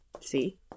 See